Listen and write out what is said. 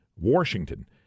Washington